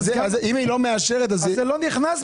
אם היא לא מאשרת, זה לא נכנס.